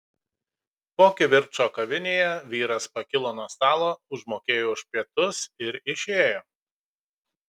po kivirčo kavinėje vyras pakilo nuo stalo užmokėjo už pietus ir išėjo